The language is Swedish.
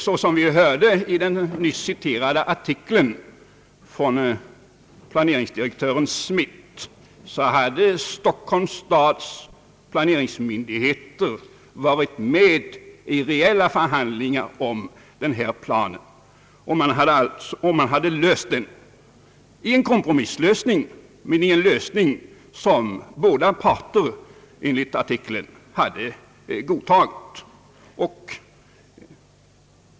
Såsom vi hörde av den nyss citerade artikeln — från = planeringsdirektören Smith hade Stockholms stads .planeringsmyndigheter varit med i reella förhandlingar om denna plan, och man hade löst den — visserligen med en kompromisslösning men en lösning som båda parter enligt artikeln hade godtagit.